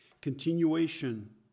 Continuation